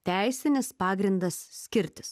teisinis pagrindas skirtis